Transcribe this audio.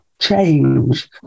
change